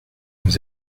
nous